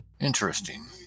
interesting